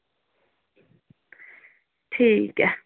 ठीक ऐ